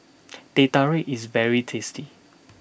Teh Tarik is very tasty